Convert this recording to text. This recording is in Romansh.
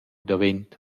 davent